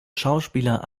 schauspieler